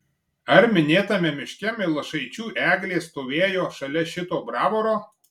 ar minėtame miške milašaičių eglė stovėjo šalia šito bravoro